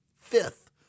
Fifth